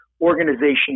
organization